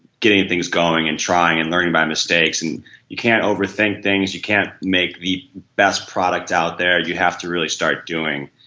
getting things going and trying and learning by mistakes. and you can't over think things you can't make the best product out there. you have to really start doing.